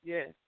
Yes